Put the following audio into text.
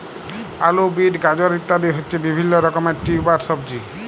আলু, বিট, গাজর ইত্যাদি হচ্ছে বিভিল্য রকমের টিউবার সবজি